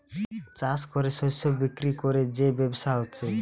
চাষ কোরে শস্য বিক্রি কোরে যে ব্যবসা হচ্ছে